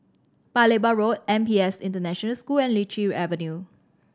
Paya Lebar Road N P S International School and Lichi Avenue